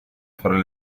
fare